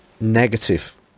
negative